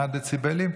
מה הדציבלים.